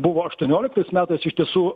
buvo aštuonioliktais metais iš tiesų